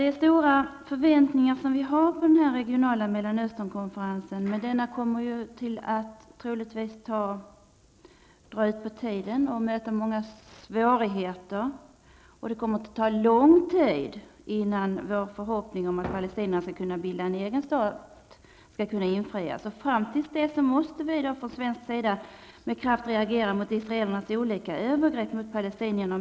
Det är stora förväntningar som vi har på denna regionala Mellanösternkonferens. Den kommer troligtvis att dra ut på tiden och möta många svårigheter. Det kommer att ta lång tid innan vår förhoppning om att palestinierna skall kunna bilda en egen stat kommer att infrias. Fram till dess måste vi från svensk sida med kraft reagera mot israelernas olika övergrepp mot palestinierna.